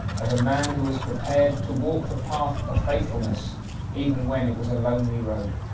of a man who is prepared to walk the path of faithfulness even when it was a lonely road.